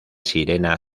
sirena